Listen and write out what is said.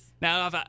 Now